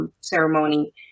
ceremony